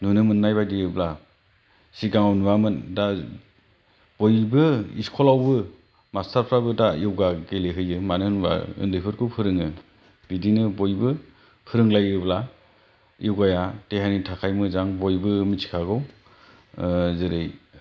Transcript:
नुनो मोननाय बायदिब्ला सिगाङाव नुआमोन दा बयबो स्कुलावबो मास्टारफ्राबो दा योगा गेलेहोयो मानो होनब्ला उन्दै फोरखौ फोरोङो बिदिनो बयबो फोरोंलायोब्ला योगाया देहानि थाखाय मोजां बयबो मिथिखागौ जेरै